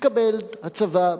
יתכבד הצבא,